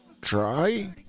Try